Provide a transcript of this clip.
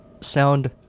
sound